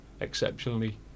exceptionally